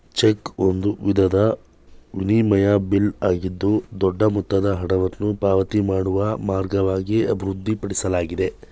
check ಒಂದು ವಿಧದ ವಿನಿಮಯ ಬಿಲ್ ಆಗಿದ್ದು ದೊಡ್ಡ ಮೊತ್ತದ ಹಣವನ್ನು ಪಾವತಿ ಮಾಡುವ ಮಾರ್ಗವಾಗಿ ಅಭಿವೃದ್ಧಿಪಡಿಸಲಾಗಿದೆ